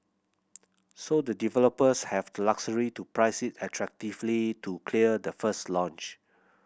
so the developers have to luxury to price it attractively to clear the first launch